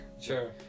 Sure